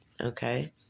Okay